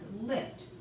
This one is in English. lift